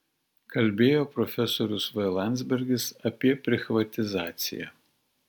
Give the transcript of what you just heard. kalbėjo profesorius v landsbergis apie prichvatizaciją